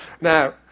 Now